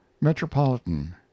Metropolitan